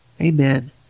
Amen